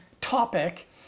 topic